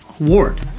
award